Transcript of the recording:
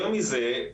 יותר מזה,